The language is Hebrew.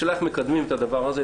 השאלה איך מקדמים את הדבר הזה,